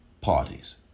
parties